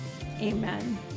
amen